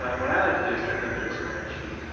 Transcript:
but what i like to do is send them to a spreadsheet.